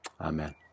Amen